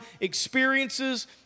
experiences